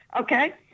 Okay